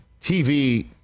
TV